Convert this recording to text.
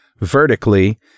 vertically